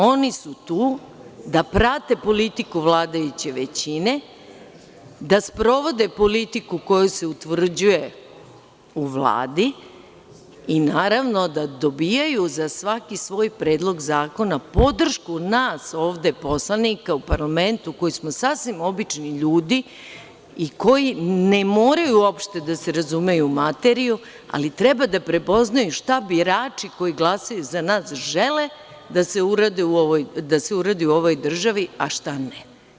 Oni su tu da prate politiku vladajuće većine, da sprovode politiku koja se utvrđuje u Vladi, i naravno, da dobijaju za svaki svoj predlog zakona podršku nas ovde poslanika u parlamentu, koji smo sasvim obični ljudi, i koji ne moraju uopšte da se razumeju u materiju, ali treba da prepoznaju šta birači koji glasaju za nas žele da se uradi u ovoj državi, a šta ne.